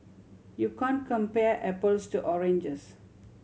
you can't compare apples to oranges